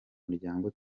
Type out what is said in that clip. muryango